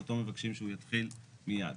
שאותו מבקשים שהוא יתחיל מיד.